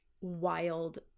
wild